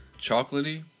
chocolatey